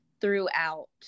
throughout